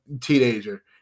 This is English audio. teenager